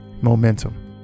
momentum